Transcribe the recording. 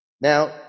Now